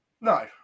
No